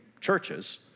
churches